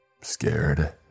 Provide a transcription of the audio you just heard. Scared